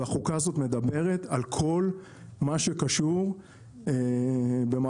והחוקה הזאת מדברת על כל מה שקשור במעליות,